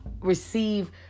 receive